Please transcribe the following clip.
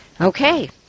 Okay